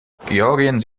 georgien